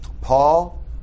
Paul